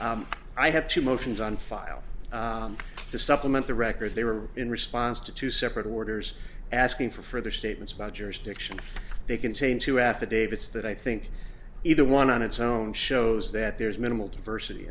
i have two motions on file to supplement the record they were in response to two separate orders asking for further statements about jurisdiction they contain two affidavits that i think either one on its own shows that there is minimal diversity